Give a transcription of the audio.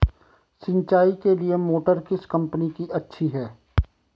सिंचाई के लिए मोटर किस कंपनी की अच्छी है?